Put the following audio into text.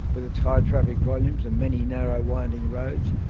with its high traffic volumes and many narrow, winding roads,